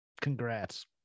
Congrats